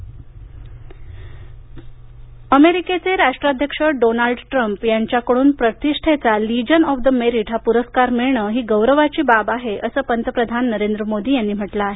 Modi America प्रस्कार अमेरिकेचे राष्ट्राध्यक्ष डोनाल्ड ट्रम्प यांच्याकडून प्रतिष्ठेचा लिजन ऑफ द मेरीट हा पुरस्कार मिळण ही गौरवाची बाब आहे असं पंतप्रधान नरेंद्र मोदी यांनी म्हटलं आहे